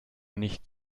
nicht